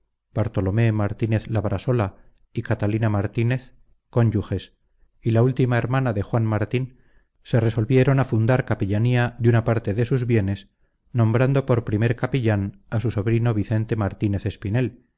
bartolomé martínez labrasola y catalina martínez cónyuges y la última hermana de juana martín se resolvieron a fundar capellanía de una parte de sus bienes nombrando por primer capellán a su sobrino vicente martínez espinel